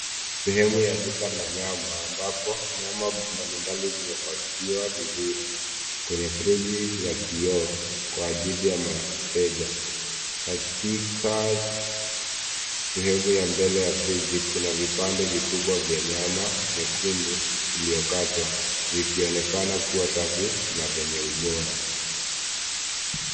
Sehemu ya duka manamba ambapo mnyama mbalimbali zimepakiwa vizuri kwenye fridgi ya kioo kw ajili ya wateja. Katika sehemu ya mbeke ya fridgi kuna vipande vikubwa vya nyama nyekundu iliyokatwa vikionekana kuwa safi na wenye ubora.